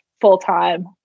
full-time